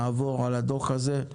נעבור על הדוח הזה,